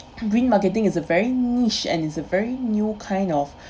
green marketing is a very niche and is a very new kind of